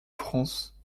france